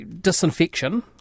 disinfection